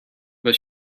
but